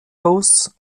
hosts